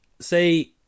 Say